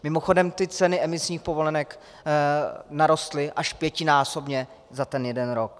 Mimochodem ty ceny emisních povolenek narostly až pětinásobně za ten jeden rok.